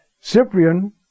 Cyprian